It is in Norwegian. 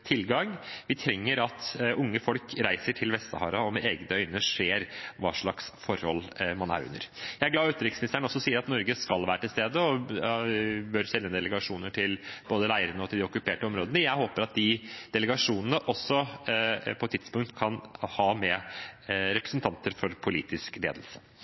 med egne øyne ser hva slags forhold de lever under. Jeg er glad utenriksministeren også sier at Norge skal være til stede og bør sende delegasjoner til både leirene og de okkuperte områdene. Jeg håper at de delegasjonene på et tidspunkt også kan ha med representanter for politisk ledelse.